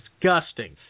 disgusting